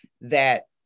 that-